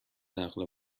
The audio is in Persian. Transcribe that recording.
نقل